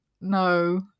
no